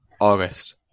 August